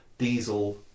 diesel